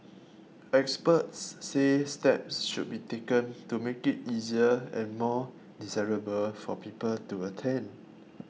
experts say steps should be taken to make it easier and more desirable for people to attend